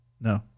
No